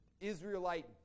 Israelite